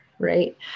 right